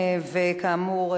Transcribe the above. וכאמור,